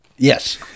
Yes